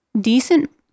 decent